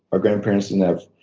our grandparents didn't have